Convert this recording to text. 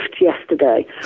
yesterday